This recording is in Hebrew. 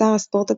שר הספורט התימני,